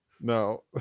No